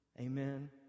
Amen